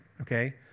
okay